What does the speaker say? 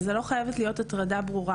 וזה לא חייבת להיות הטרדה ברורה.